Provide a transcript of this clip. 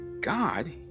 God